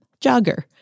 Jogger